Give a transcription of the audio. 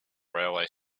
railway